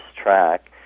track